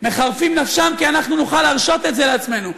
מחרפים נפשם כדי שאנחנו נוכל להרשות את זה לעצמנו,